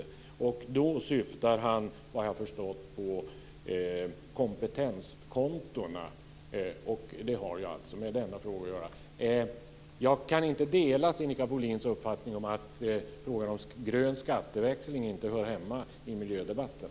Såvitt jag förstår syftar han då på kompetenskontona, och de har ju med denna fråga att göra. Jag delar inte Sinikka Bohlins uppfattning att frågan om grön skatteväxling inte hör hemma i miljödebatten.